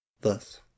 Thus